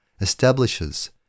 establishes